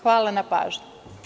Hvala na pažnji.